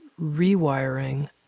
rewiring